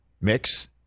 mix